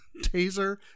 taser